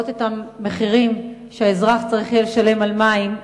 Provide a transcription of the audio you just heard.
לראות את המחירים שהאזרח יהיה צריך לשלם על מים.